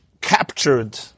captured